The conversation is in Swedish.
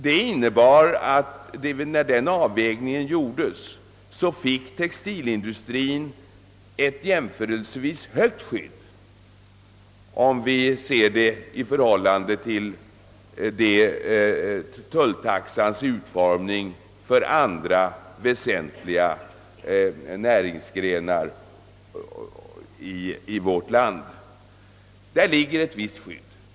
Det innebär att textilindustrien när den avvägningen gjordes fick ett jämförelsevis högt skydd, om vi ser det i förhållande till tulltaxans utformning för andra väsentliga näringsgrenar i vårt land. Där ligger alltså ett visst skydd.